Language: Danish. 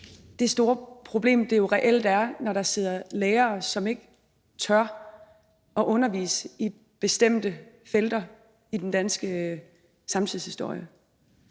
det store problem, det jo reelt er, når der sidder lærere, som ikke tør undervise i bestemte felter i den danske samtidshistorie.